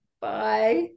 Bye